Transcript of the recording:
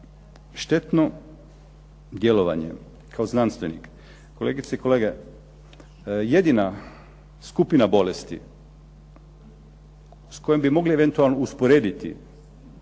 Štetno djelovanje. Kao znanstvenik, kolegice i kolege, jedina skupina bolesti s kojom bi mogli eventualno usporediti